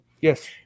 Yes